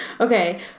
Okay